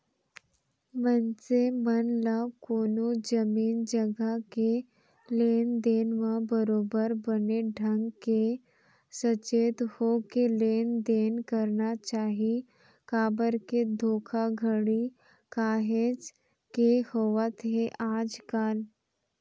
मनसे मन ल कोनो जमीन जघा के लेन देन म बरोबर बने ढंग के सचेत होके लेन देन करना चाही काबर के धोखाघड़ी काहेच के होवत हे आजकल